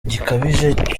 gikabije